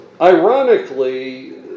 Ironically